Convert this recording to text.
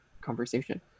conversation